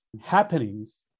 happenings